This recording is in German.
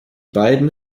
beiden